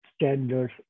standards